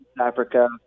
Africa